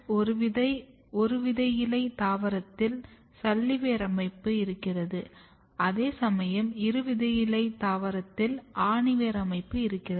ஒருவிதையிலைத் தாவரத்தில் சல்லி வேர் அமைப்பு இருக்கிறது அதேசமயம் இருவிதையிலைத் தாவரத்தில் ஆணி வேர் அமைப்பு இருக்கிறது